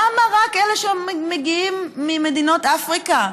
למה רק אלה שמגיעים ממדינות אפריקה?